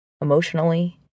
emotionally